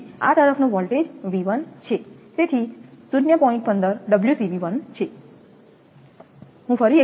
તેથી આ તરફનો વોલ્ટેજ તેથી